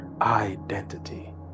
identity